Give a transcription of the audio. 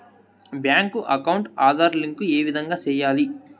Bank account Aadhaar link ఏ విధంగా సెయ్యాలి?